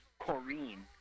Corrine